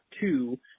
two